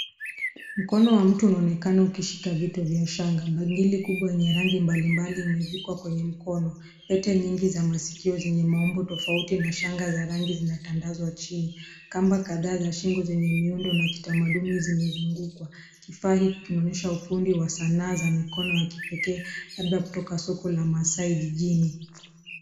Mkono wa mtu unaonekana ukishika vitu vya shanga. Bangili kubwa yenye rangi mbalimbali imevikwa kwenye mkono. Pete nyingi za masikio zenye maumbo tofauti na shanga za rangi zinatandazwa chini. Kamba kadhaa za shingo zenye miundo na kitamaduni zimezungukwa. Kifaa hiki kinaonyesha ufundi wa sanaa za mikono wa pikee, labda kutoka soko la maasai jijini.